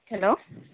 hello